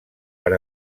per